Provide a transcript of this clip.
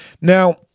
Now